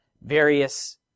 various